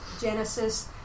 Genesis